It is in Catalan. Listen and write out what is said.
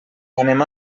anem